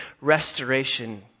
restoration